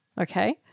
Okay